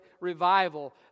revival